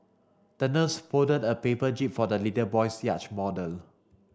the nurse folded a paper jib for the little boy's yacht model